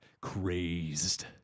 crazed